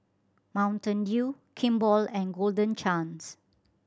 Mountain Dew Kimball and Golden Chance